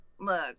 look